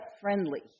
friendly